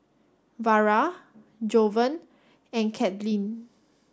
Vara Jovan and Kadyn